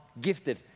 Gifted